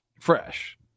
fresh